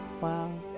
Wow